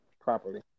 properly